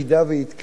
עקב פניית המשטרה.